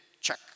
check